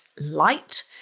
light